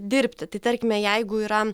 dirbti tai tarkime jeigu yra